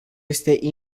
este